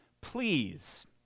Please